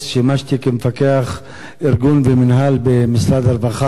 שימשתי כמפקח ארגון ומינהל במשרד הרווחה,